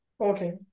Okay